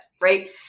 Right